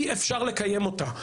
אי אפשר לקיים אותה.